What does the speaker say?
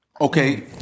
okay